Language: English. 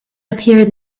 appeared